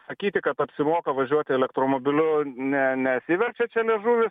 sakyti kad apsimoka važiuoti elektromobiliu ne nesiverčia čia liežuvis